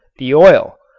the oil.